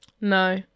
no